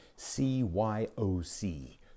C-Y-O-C